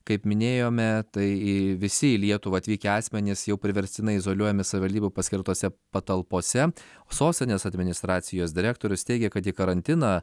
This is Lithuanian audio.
kaip minėjome tai visi į lietuvą atvykę asmenys jau priverstinai izoliuojami savivaldybių paskirtose patalpose sostinės administracijos direktorius teigia kad į karantiną